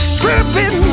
Stripping